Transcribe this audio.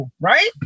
right